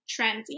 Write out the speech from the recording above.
trendy